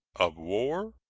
of war,